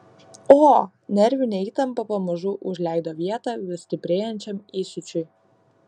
o nervinė įtampa pamažu užleido vietą vis stiprėjančiam įsiūčiui